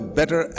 better